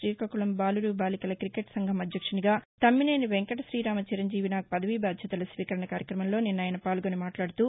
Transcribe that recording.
తీకాకుళం బాలురు బాలికల క్రికెట్ సంఘం అధ్యక్షునిగా తమ్మినేని వెంకట తీరామ చిరంజీవినాగ్ పదవీ బాధ్యతల స్వీకరణ కార్యక్రమంలో నిన్న ఆయస పాల్గొని మాట్లాదుతూ